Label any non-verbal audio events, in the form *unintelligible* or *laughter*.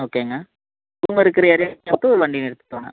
ஓகேங்க *unintelligible*